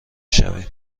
شویم